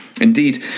Indeed